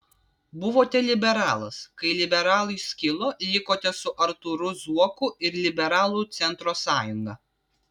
buvote liberalas kai liberalai skilo likote su artūru zuoku ir liberalų centro sąjunga